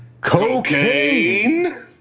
Cocaine